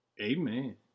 Amen